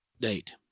date